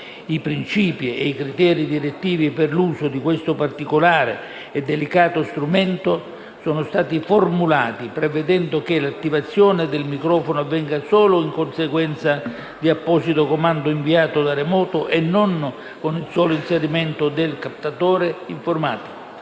I principi e i criteri direttivi per l'uso di questo particolare e delicato strumento sono stati formulati prevedendo che l'attivazione del microfono avvenga solo in conseguenza di apposito comando inviato da remoto e non con il solo inserimento del captatore informatico,